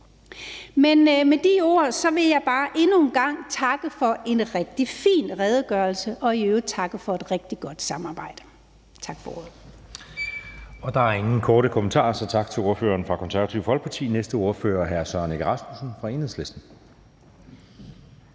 Men med de ord vil jeg bare endnu en gang takke for en rigtig fin redegørelse og et i øvrigt rigtig godt samarbejde. Tak for ordet.